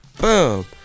Boom